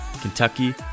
Kentucky